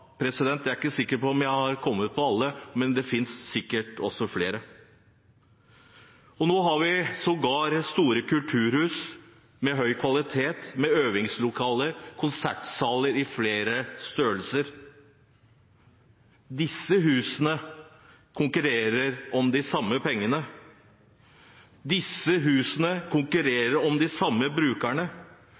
jeg er ikke sikker på om jeg har kommet på alle, det finnes sikkert flere. Nå har vi sågar store kulturhus med høy kvalitet, med øvingslokaler og konsertsaler i flere størrelser. Disse husene konkurrerer om de samme pengene. Disse husene konkurrerer om de samme brukerne.